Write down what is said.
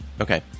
Okay